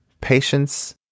patience